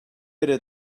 era